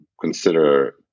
consider